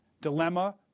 dilemma